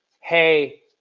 hey